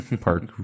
Park